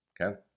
Okay